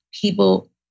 people